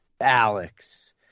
Alex